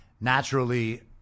Naturally